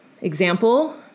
Example